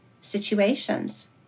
situations